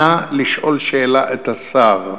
נא לשאול שאלה את השר,